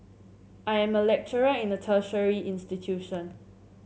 I am a lecturer in a tertiary institution